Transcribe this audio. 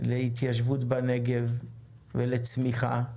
להתיישבות בנגב ולצמיחה.